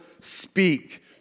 speak